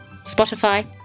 Spotify